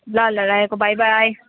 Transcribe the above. ल ल राखेको बाइ बाइ